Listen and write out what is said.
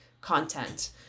content